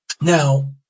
Now